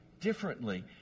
differently